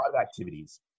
activities